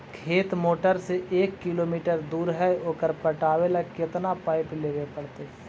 खेत मोटर से एक किलोमीटर दूर है ओकर पटाबे ल केतना पाइप लेबे पड़तै?